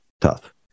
Tough